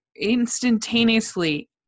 instantaneously